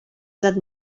edat